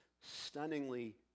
stunningly